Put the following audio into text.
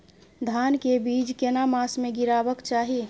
धान के बीज केना मास में गीरावक चाही?